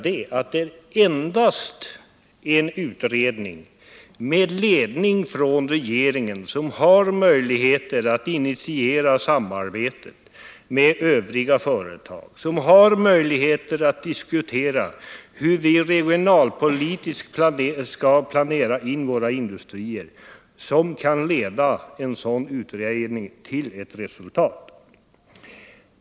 Det är endast en utredning med ledning från regeringen som har någon möjlighet att initiera samarbetet med övriga företag och diskutera hur vi regionalpolitiskt skall planera in våra industrier och som kan leda fram till ett bra resultat.